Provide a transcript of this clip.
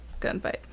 gunfight